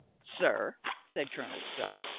sir, said colonel stow,